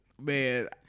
Man